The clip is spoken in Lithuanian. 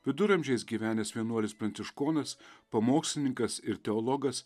viduramžiais gyvenęs vienuolis pranciškonas pamokslininkas ir teologas